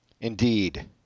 Indeed